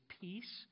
peace